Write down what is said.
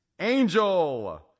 Angel